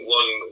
one